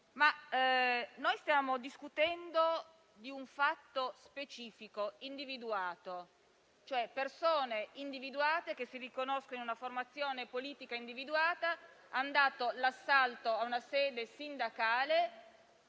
stiamo discutendo di un fatto specifico, vale a dire di persone individuate che si riconoscono in una formazione politica individuata e che hanno dato l'assalto a una sede sindacale